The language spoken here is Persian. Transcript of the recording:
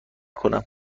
کنم